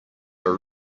are